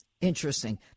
Interesting